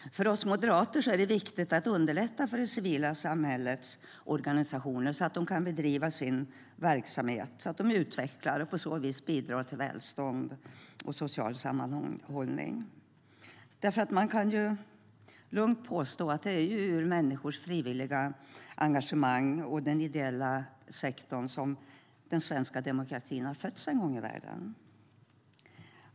För oss moderater är det viktigt att underlätta för det civila samhällets organisationer så att de kan utvecklas och bedriva sin verksamhet. På så vis bidrar de till välstånd och social sammanhållning. Man kan lugnt påstå att det är ur människors frivilliga engagemang och den ideella sektorn som den svenska demokratin har fötts en gång i världen.